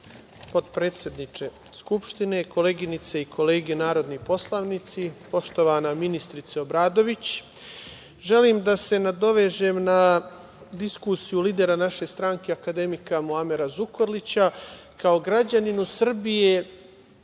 potpredsedniče Skupštine, koleginice i kolege narodni poslanici, poštovana ministrice Obradović. Želim da se nadovežem na diskusiju lidera naše stranke akademika Muamera Zukorlića. Kao građaninu Srbije